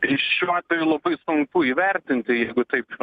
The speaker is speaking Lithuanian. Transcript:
tai šiuo atveju labai sunku įvertinti jeigu taip